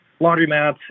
laundromats